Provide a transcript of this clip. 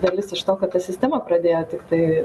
dalis iš to kad ta sistema pradėjo tiktai